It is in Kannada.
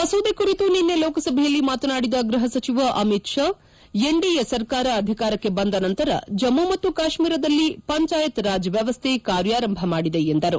ಮಸೂದೆ ಕುರಿತು ನಿನ್ನೆ ಲೋಕಸಭೆಯಲ್ಲಿ ಮಾತನಾಡಿದ ಗೃಹ ಸಚಿವ ಅಮಿತ್ ಶಾ ಎನ್ಡಿಎ ಸರ್ಕಾರ ಅಧಿಕಾರಕ್ಕೆ ಬಂದ ನಂತರ ಜಮ್ಮ ಮತ್ತು ಕಾಶ್ಮೀರದಲ್ಲಿ ಪಂಚಾಯತ್ ರಾಜ್ ವ್ಯವಸ್ಥೆ ಕಾರ್ಯಾರಂಭ ಮಾಡಿದೆ ಎಂದರು